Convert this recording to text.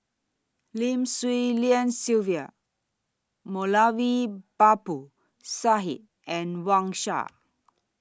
Lim Swee Lian Sylvia Moulavi Babu Sahib and Wang Sha